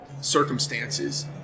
circumstances